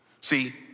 See